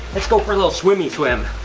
let's go for a little swimmy swim.